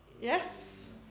Yes